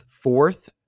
Fourth